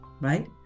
Right